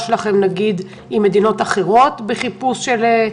שלכם עם מדינות אחרות בחיפוש של אנשים?